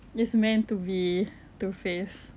is meant to be two faced